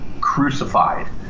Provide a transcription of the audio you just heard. crucified